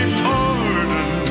pardon